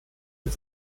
mit